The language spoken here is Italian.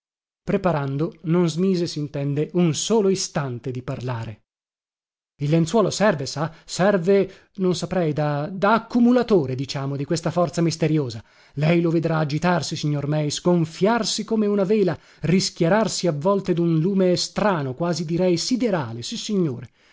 preparando non smise sintende un solo istante di parlare il lenzuolo serve sa serve non saprei da da accumulatore diciamo di questa forza misteriosa lei lo vedrà agitarsi signor meis gonfiarsi come una vela rischiararsi a volte dun lume strano quasi direi siderale sissignore